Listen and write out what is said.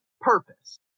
purpose